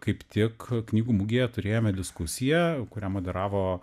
kaip tik knygų mugėje turėjome diskusiją kurią moderavo